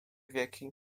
wieki